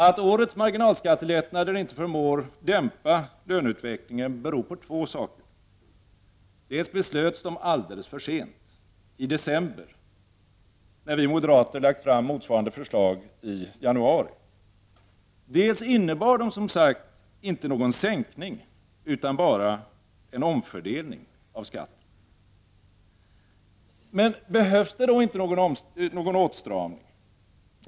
Att årets marginalskattelättnader inte förmår dämpa löneutvecklingen beror på två saker. Dels beslöts de alldeles för sent — i december, när vi moderater hade lagt fram motsvarande förslag i januari —, dels innebar de som sagt inte någon sänkning utan bara en omfördelning av skatten. Men behövs det då inte någon åtstramning?